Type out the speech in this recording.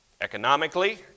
economically